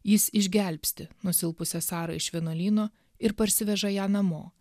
jis išgelbsti nusilpusią sarą iš vienuolyno ir parsiveža ją namo